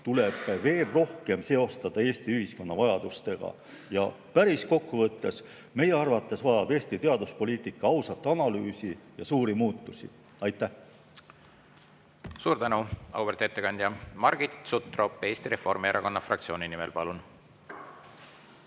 tuleb veel rohkem seostada Eesti ühiskonna vajadustega. Ja päris kokkuvõtteks: meie arvates vajab Eesti teaduspoliitika ausat analüüsi ja suuri muutusi. Aitäh!